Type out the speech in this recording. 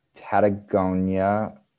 Patagonia